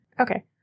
Okay